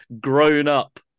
grown-up